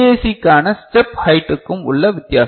சிக்கான step ஹெய்ட்ற்கும் உள்ள வித்தியாசம்